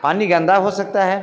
पानी गन्दा हो सकता है